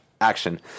action